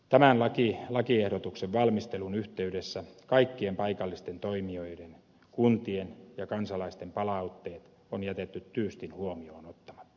tämän lakiehdotuksen valmistelun yhteydessä kaikkien paikallisten toimijoiden kuntien ja kansalaisten palautteet on jätetty tyystin huomioon ottamatta